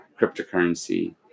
cryptocurrency